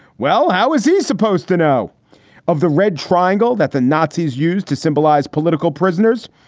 well, how is he supposed to know of the red triangle that the nazis used to symbolize political prisoners?